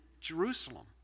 Jerusalem